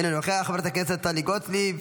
אינו נוכח, חברת הכנסת טלי גוטליב,